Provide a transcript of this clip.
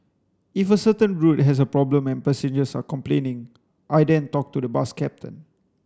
if a certain route has a problem and passengers are complaining I then talk to the bus captain